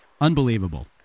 Unbelievable